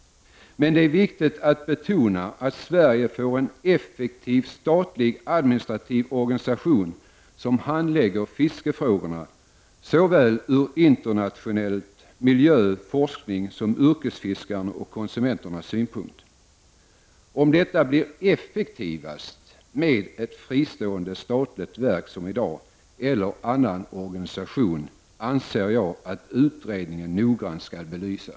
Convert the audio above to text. Men det är viktigt att Sverige får en effektiv statlig administrativ organisation som handlägger fiskefrågorna såväl ur internationell synpunkt, miljöoch forskningssynpunkt som ur yrkesfiskarnas och konsumenternas synpunkt. Om det blir effektivast med ett fristående statligt verk som i dag eller med en annan organisation anser jag att utredningen noggrant skall belysa.